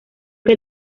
que